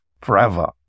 forever